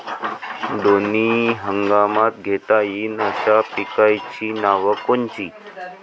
दोनी हंगामात घेता येईन अशा पिकाइची नावं कोनची?